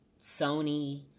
Sony